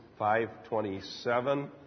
5:27